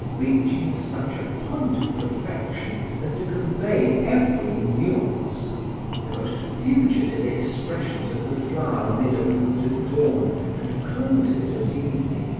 reaching such a point of perfection as to convey every nuance the most fugitive expressions of the flower when it opens at dawn and closes at evening,